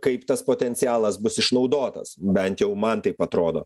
kaip tas potencialas bus išnaudotas bent jau man taip atrodo